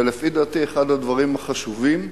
ולפי דעתי, אחד הדברים החשובים זה,